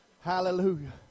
Hallelujah